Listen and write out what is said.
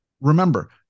Remember